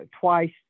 twice